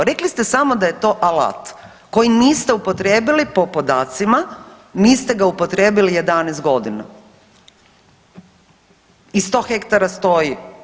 Rekli ste samo da je to alat koji niste upotrijebili po podacima, niste ga upotrijebili 11 godina i 100 hektara stoji.